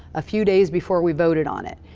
a few days before we voted on it,